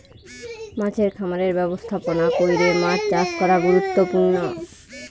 মাছের খামারের ব্যবস্থাপনা কইরে মাছ চাষ করা গুরুত্বপূর্ণ